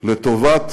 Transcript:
לטובת